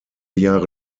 jahre